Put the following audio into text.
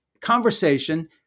Conversation